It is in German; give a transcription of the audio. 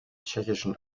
tschechischen